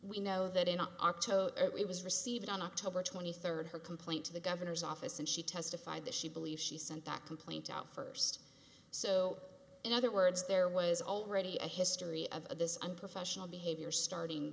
we know that in auto it was received on october twenty third her complaint to the governor's office and she testified that she believes she sent that complaint out first so in other words there was already a history of this unprofessional behavior starting